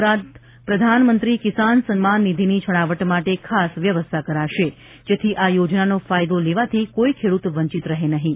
ઉપરાંત પ્રધાનમંત્રી કિસાન સન્માન નિધિની છણાવટ માટે ખાસ વ્યવસ્થા કરાશે જેથી આ યોજનાનો ફાયદો લેવાથી કોઇ ખેડ્રત વંચિત રહે નહીં